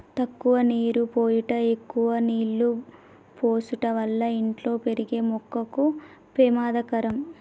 తక్కువ నీరు పోయుట ఎక్కువ నీళ్ళు పోసుట వల్ల ఇంట్లో పెరిగే మొక్కకు పెమాదకరం